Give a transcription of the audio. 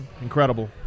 incredible